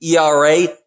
ERA